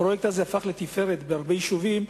הפרויקט הזה הפך לתפארת בהרבה יישובים,